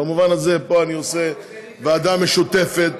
במובן הזה: פה אני עושה ועדה משותפת,